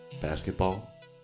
Basketball